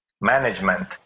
management